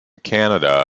canada